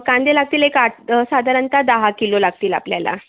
कांदे लागतील एक आठ साधरणतः दहा किलो लागतील आपल्याला